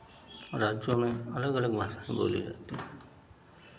राज्यों में अलग अलग भाषाएं बोली जाती हैं